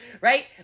right